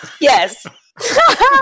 Yes